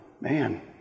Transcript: Man